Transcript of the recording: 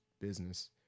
business